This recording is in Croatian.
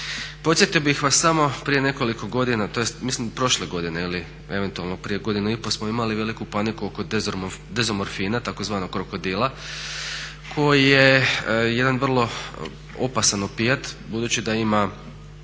Podsjetio bih vas samo prije nekoliko godina tj. mislim prošle godine ili eventualno prije godinu i pol smo imali veliku paniku oko dezomorfina tzv. "krokodila" koji je jedan vrlo opasan opijat budući da ima